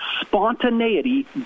spontaneity